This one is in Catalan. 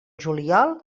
juliol